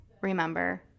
remember